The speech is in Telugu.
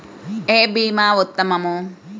ఏ భీమా ఉత్తమము?